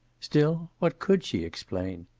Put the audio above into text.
still, what could she explain?